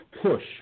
push